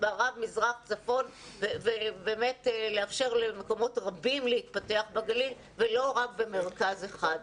אזור גדול ולאפשר למקומות רבים להתפתח בגליל ולא רק במרכז אחד.